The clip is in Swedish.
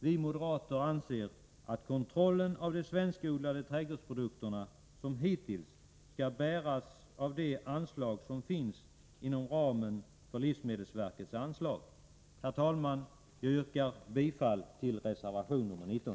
Vi moderater anser att kostnaderna för kontrollen av de svenskodlade trädgårdsprodukterna som hittills skall täckas inom ramen för livsmedelsverket anslag. Jag yrkar därför bifall till reservation 19.